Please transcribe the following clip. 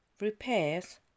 repairs